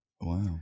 Wow